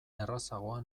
errazagoa